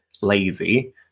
lazy